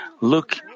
look